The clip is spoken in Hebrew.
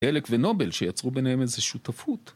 אלק ונובל שיצרו ביניהם איזושהי שותפות.